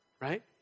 right